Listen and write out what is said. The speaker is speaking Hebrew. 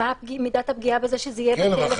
מה מידת הפגיעה בזה שזה יהיה בטלפון.